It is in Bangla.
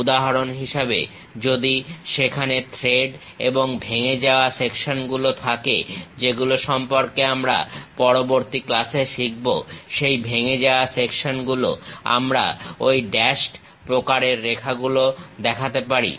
উদাহরণ হিসেবে যদি সেখানে থ্রেড এবং ভেঙে যাওয়া সেকশনগুলো থাকে যেগুলো সম্পর্কে আমরা পরবর্তী ক্লাসে শিখব সেই ভেঙে যাওয়া সেকশনগুলোতে আমরা ঐ ড্যাশড প্রকারের রেখাগুলো দেখাতে পারি